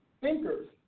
Thinkers